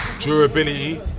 Durability